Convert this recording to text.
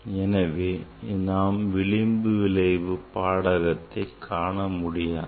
எனவே நாம் விளிம்பு விளைவு பாடகத்தை காணமுடியாது